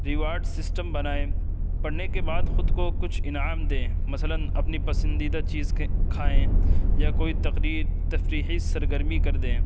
reward system بنائیں پڑھنے کے بعد خود کو کچھ انعام دیں مثلاً اپنی پسندیدہ چیز کھائیں یا کوئی تقریر تفریحی سرگرمی کر دیں